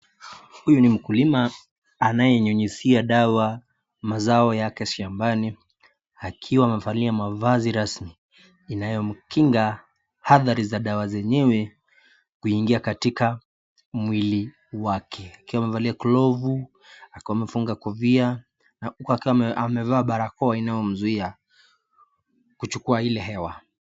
Huyu ni mkulima anaye nyunyuzia dawa mazao yake shambani akiwa amevalia mavazi rasmi inayo mkinga hadhari za dawa yenyewe kungia katika mwili wake. Akiwa amevalia glovu, akiwa amefunga kofia, na huku akiwa amevaa barakoa inayo mzuia kuchukua ile hewa.